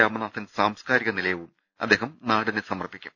രാമനാഥൻ സാംസ്കാരികനിലയവും അദ്ദേഹം നാടിന് സമർപ്പിക്കും